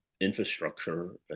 infrastructure